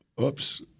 Oops